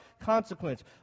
consequence